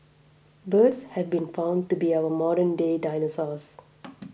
birds have been found to be our modernday dinosaurs